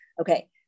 Okay